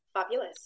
fabulous